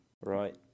Right